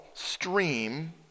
Stream